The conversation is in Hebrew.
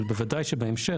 אבל בוודאי שבהמשך,